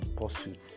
pursuit